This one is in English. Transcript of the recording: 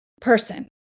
person